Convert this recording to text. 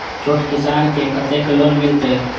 छोट किसान के कतेक लोन मिलते?